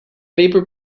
paper